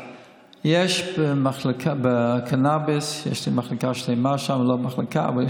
אני יודעת על מחקר צה"לי שהיה על שימוש בקנביס רפואי לפוסט-טראומטיים.